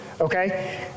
okay